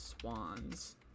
swans